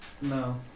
No